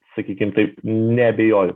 sakykim taip neabejoju